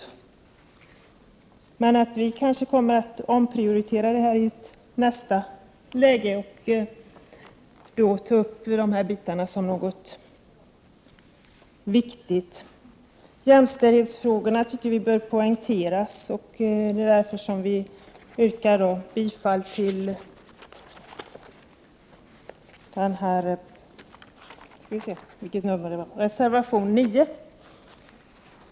Vi kommer kanske att omprioritera i nästa läge och ta upp de delarna som gäller aktivitetsstödet såsom något viktigt. Jämställdhetsfrågorna tycker vi bör poängteras, och vi yrkar därför bifall till reservation 9.